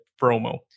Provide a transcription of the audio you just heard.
promo